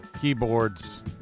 keyboards